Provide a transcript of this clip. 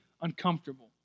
uncomfortable